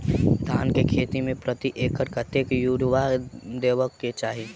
धान केँ खेती मे प्रति एकड़ कतेक यूरिया देब केँ चाहि?